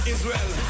Israel